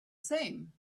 same